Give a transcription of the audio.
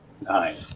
Nine